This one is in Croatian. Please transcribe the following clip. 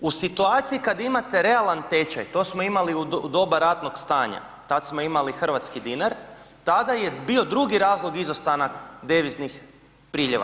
U situaciji kada imate realan tečaj, to smo imali u doba ratnog stanja, tad smo imali hrvatski dinar, tada je bio drugi razlog izostanak deviznih priljeva.